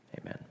Amen